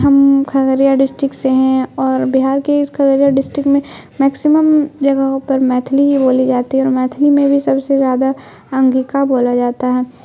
ہم کھگریا ڈسٹرکٹ سے ہیں اور بہار کے اس کھگریا ڈسٹرکٹ میں میکسیمم جگہوں پر میتھلی ہی بولی جاتی ہے اور میتھلی میں بھی سب سے زیادہ انگیکا بولا جاتا ہے